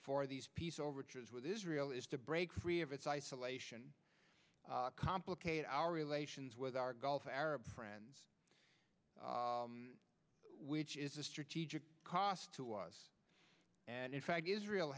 for these peace or overtures with israel is to break free of its isolation complicate our relations with our gulf arab friends which is a strategic cost to us and in fact israel